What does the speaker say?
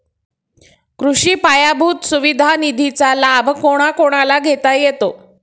कृषी पायाभूत सुविधा निधीचा लाभ कोणाकोणाला घेता येतो?